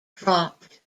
dropped